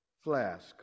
flask